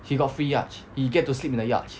he got free yacht he get to sleep in the yacht